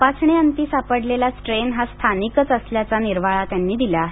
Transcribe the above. तपासणी अंती सापडलेला स्ट्रेन हा स्थानिकच असल्याचा निर्वाळा त्यांनी दिला आहे